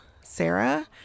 Sarah